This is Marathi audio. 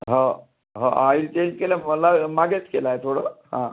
हव हो ऑईल चेंज केला आहे मला मागेच केला आहे थोडं हां